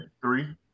three